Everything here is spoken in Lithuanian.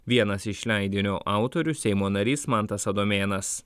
vienas iš leidinio autorių seimo narys mantas adomėnas